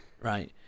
right